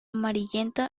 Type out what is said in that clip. amarillento